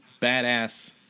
badass